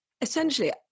essentially